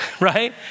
right